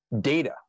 data